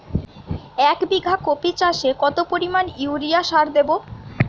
এক বিঘা কপি চাষে কত পরিমাণ ইউরিয়া সার দেবো?